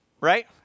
right